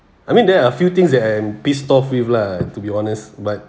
I mean there are few things that I am pissed off with lah to be honest but